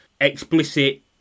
explicit